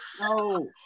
No